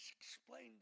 explain